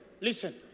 Listen